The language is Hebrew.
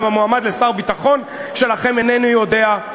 גם המועמד שלכם לשר הביטחון איננו יודע.